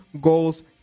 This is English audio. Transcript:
goals